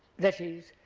that is,